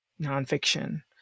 nonfiction